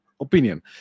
opinion